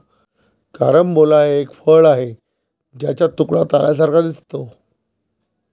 carambola हे एक फळ आहे ज्याचा तुकडा ताऱ्यांसारखा दिसतो